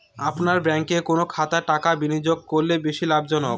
আপনার ব্যাংকে কোন খাতে টাকা বিনিয়োগ করলে বেশি লাভজনক?